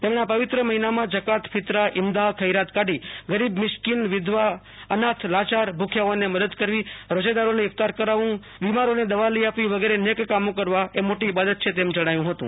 તેમણે આ પવીત્ર મહિનામાં જકાત ફિત્રા ઈમદાહ ખૈરાત કાઢી ગરીબ મિસ્કિન વિધવા અનાથ લાચાર ભુખ્યાઓને મદદ કરવી રોજેદારને ઈફતાર કરાવવું બિમારીને દવા લઈ આપવી વગેરે નેક કામો કરવાએ મોટી ઈબાદત છે તેમ જણાવ્યું હતું